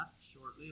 shortly